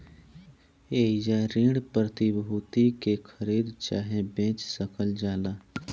एइजा ऋण प्रतिभूति के खरीद चाहे बेच सकल जाला